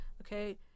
Okay